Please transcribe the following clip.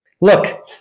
Look